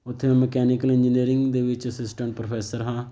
ਉੱਥੇ ਮੈਂ mechanical engineering ਦੇ ਵਿੱਚ ਅਸਿਸਟੈਂਟ ਪ੍ਰੋਫੈਸਰ ਹਾਂ